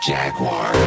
Jaguar